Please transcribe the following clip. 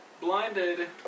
blinded